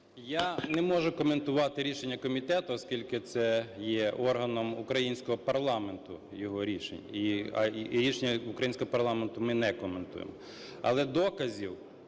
Я не можу коментувати рішення комітету, оскільки це є органом українського парламенту, його рішення. І рішення українського парламенту ми не коментуємо, але доказів